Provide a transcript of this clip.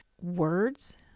words